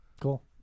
Cool